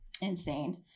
Insane